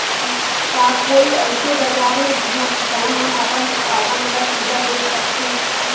का कोई अइसे बाजार हे जिहां किसान मन अपन उत्पादन ला सीधा बेच सकथे?